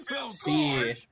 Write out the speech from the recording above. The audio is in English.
see